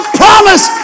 promise